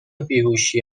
بیهوشی